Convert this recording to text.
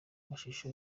amashusho